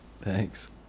Thanks